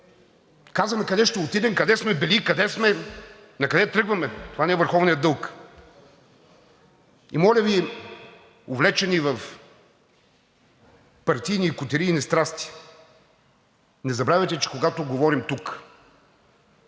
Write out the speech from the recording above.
Казваме къде ще отидем, къде сме били, къде сме, накъде тръгваме – това ни е върховният дълг. И моля Ви, увлечени в партийни и котерийни страсти, не забравяйте, че когато говорим тук,